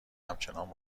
همچنان